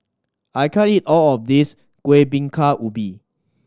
I can't eat all of this Kuih Bingka Ubi